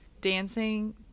dancing